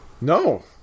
No